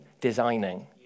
designing